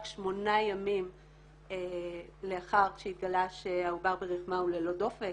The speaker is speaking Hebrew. שמונה ימים לאחר שהתגלה שהעובר ברחמה הוא ללא דופק,